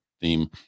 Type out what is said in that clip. theme